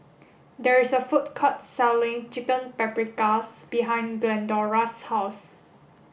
there is a food court selling Chicken Paprikas behind Glendora's house